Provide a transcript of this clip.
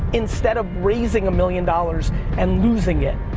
instead of raising a million dollars and losing it.